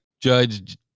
judge